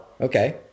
Okay